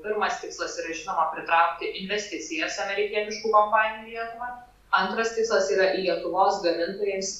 pirmas tikslas yra žinoma pritraukti investicijas amerikietiškų kompanijų į lietuvą antras tikslas yra lietuvos gamintojams